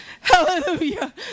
hallelujah